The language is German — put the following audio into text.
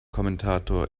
kommentator